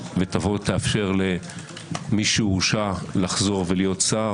ותאפשר למי שהורשע לחזור להיות שר.